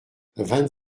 vingt